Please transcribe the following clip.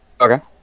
Okay